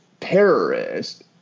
terrorist